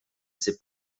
ses